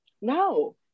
No